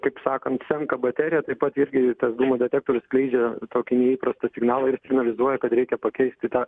taip sakant senka baterija taip pat irgi tas dūmų detektorius skleidžia tokį neįprastą signalą ir singalizuoja kad reikia pakeisti tą